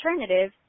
alternative